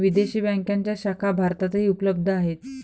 विदेशी बँकांच्या शाखा भारतातही उपलब्ध आहेत